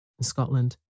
Scotland